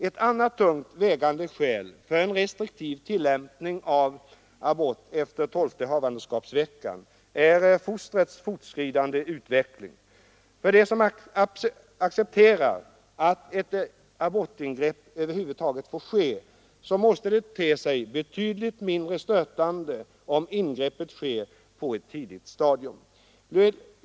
Ett annat tungt vägande skäl för en restriktiv tillämpning av abort efter tolfte havandeskapsveckan är fostrets fortskridande utveckling. För dem som accepterar att ett abortingrepp över huvud taget får ske måste det te sig betydligt mindre stötande om ingreppet sker på ett tidigt stadium.